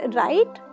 right